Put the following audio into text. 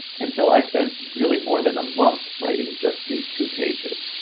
and so i spend really more than a month writing just these two pages,